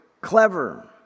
clever